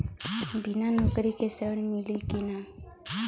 बिना नौकरी के ऋण मिली कि ना?